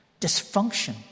Dysfunction